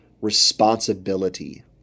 Responsibility